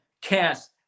cast